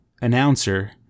announcer